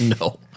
No